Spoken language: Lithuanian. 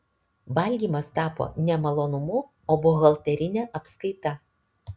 valgymas tapo ne malonumu o buhalterine apskaita